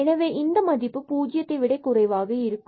எனவே இந்த மதிப்பு பூஜ்ஜியத்தை விட குறைவாக இருக்கும்